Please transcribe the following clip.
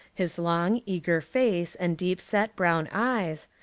his long, eager face and deep-set, brown eyes,